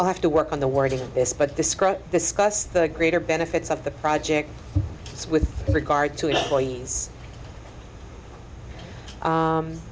i'll have to work on the wording of this but this quote discuss the greater benefits of the project with regard to employees